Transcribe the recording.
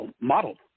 model